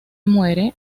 muere